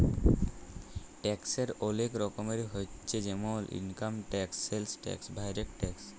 ট্যাক্সের ওলেক রকমের হচ্যে জেমল income tax, sales tax, direct tax